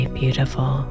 beautiful